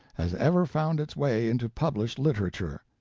has ever found its way into published literature.